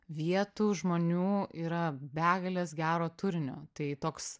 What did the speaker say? vietų žmonių yra begalės gero turinio tai toks